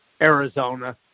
Arizona